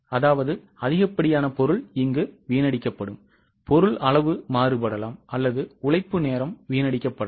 அதாவது அதிகப்படியான பொருள் வீணடிக்கப்படும் பொருள் அளவு மாறுபடலாம் அல்லது உழைப்பு நேரம் வீணடிக்கபடலாம்